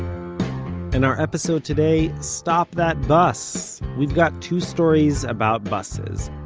and our episode today stop that bus! we've got two stories about buses,